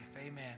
Amen